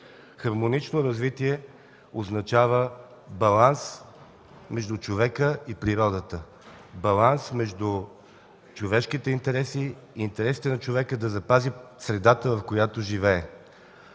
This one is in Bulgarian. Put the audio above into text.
Хармонично развитие означава баланс между човека и природата, баланс между човешките интереси и интересите на човека да запази средата, в която живее.